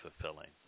fulfilling